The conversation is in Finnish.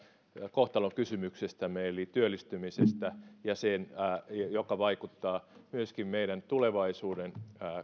kohtalonkysymyksestämme eli työllistymisestä joka vaikuttaa myöskin meidän tulevaisuuden